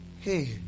hey